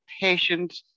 patient